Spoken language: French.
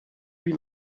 lui